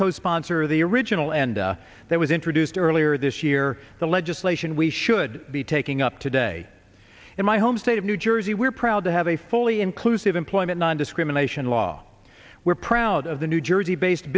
co sponsor of the original and that was introduced earlier this year the legislation we should be taking up today in my home state of new jersey we're proud to have a fully inclusive employment nondiscrimination law we're proud of the new jersey based